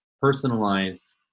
personalized